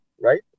right